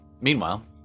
Meanwhile